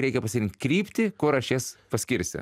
reikia pasirinkt kryptį kur aš jas paskirsiu